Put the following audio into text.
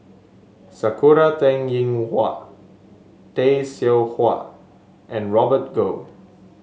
Sakura Teng Ying Hua Tay Seow Huah and Robert Goh